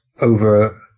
over